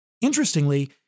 Interestingly